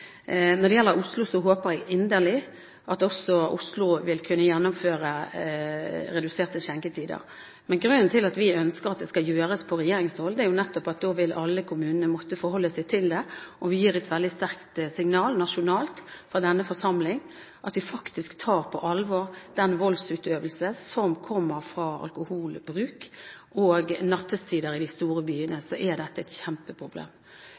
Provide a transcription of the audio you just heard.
Når det gjelder Oslo, håper jeg inderlig at også Oslo vil kunne gjennomføre reduserte skjenketider. Grunnen til at vi ønsker at det skal gjøres fra regjeringshold, er at da vil alle kommunene måtte forholde seg til det. Vi gir da et veldig sterkt signal nasjonalt fra denne forsamling om at vi faktisk tar på alvor den voldsutøvelse som kommer av alkoholbruk, og nattetider i de store byene er dette et kjempeproblem.